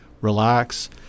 Relax